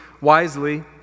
wisely